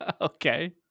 Okay